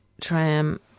tram